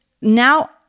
now